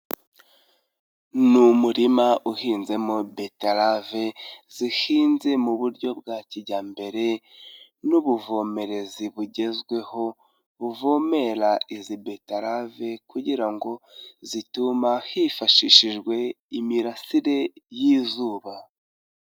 Ni umurima uhinzemo beterave zihinze mu buryo bwa kijyambere n'ubuvomerezi bugezweho buvomera izi beterave kugira ngo zituma hifashishijwe imirasire y'izuba.